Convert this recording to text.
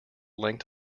length